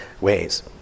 ways